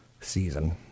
season